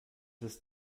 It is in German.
ist